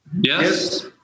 Yes